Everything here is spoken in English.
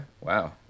wow